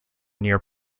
near